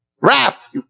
wrath